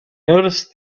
noticed